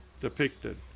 depicted